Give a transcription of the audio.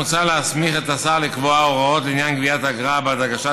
מוצע להסמיך את השר לקבוע הוראות לעניין גביית אגרה בעד הגשת